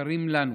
יקרים לנו.